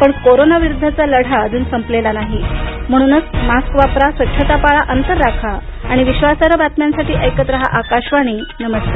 पण कोरोना विरुद्धचा लढा अजून संपलेला नाही म्हणूनच मास्क वापरा स्वच्छता पाळा अंतर राखा आणि विश्वासार्ह बातम्यांसाठी ऐकत रहा आकाशवाणी नमस्कार